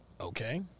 Okay